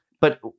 But-